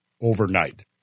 overnight